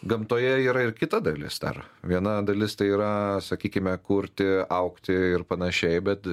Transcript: gamtoje yra ir kita dalis dar viena dalis tai yra sakykime kurti augti ir panašiai bet